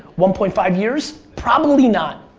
one point five years? probably not.